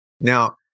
Now